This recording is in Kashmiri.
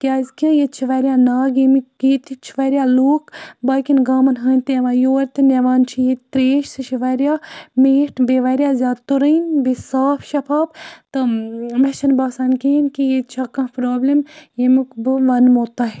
کیٛازکہِ ییٚتہِ چھِ واریاہ ناگ ییٚمِکۍ ییٚتہِ چھِ واریاہ لوٗکھ باقیَن گامَن ہٕنٛدۍ تہِ یِوان یور تِم نِوان چھِ ییٚتہِ ترٛیش سُہ چھِ واریاہ میٖٹھ بیٚیہِ واریاہ زیادٕ تُرٕنۍ بیٚیہِ صاف شفاف تہٕ مےٚ چھِنہٕ باسان کِہیٖنۍ کہِ ییٚتہِ چھےٚ کانٛہہ پرٛابلِم ییٚمیُک بہٕ وَنمو تۄہہِ